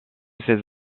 ses